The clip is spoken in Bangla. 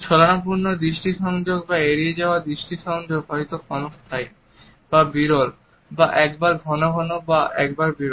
ছলনাপূর্ণ দৃষ্টি সংযোগ বা এড়িয়ে যাওয়া দৃষ্টি সংযোগ হয়তো ক্ষণস্থায়ী বা বিরল বা একবার ঘন ঘন বা একবার বিরল